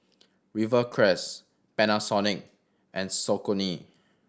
Rivercrest Panasonic and Saucony